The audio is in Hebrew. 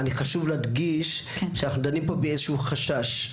חשוב להדגיש שאנחנו דנים פה באיזה שהוא חשש.